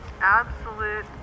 absolute